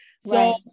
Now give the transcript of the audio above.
So-